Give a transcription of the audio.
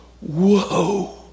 Whoa